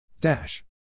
Dash